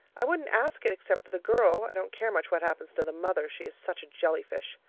i wouldn't ask it except for the girl i don't care much what happens to the mother she is such a jelly-fish.